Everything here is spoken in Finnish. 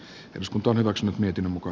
jotkut olivat miten muka